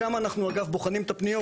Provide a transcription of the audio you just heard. שם אנחנו, אגב, בוחנים את הפניות.